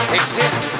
exist